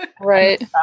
right